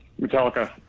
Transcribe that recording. Metallica